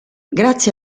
grazie